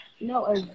No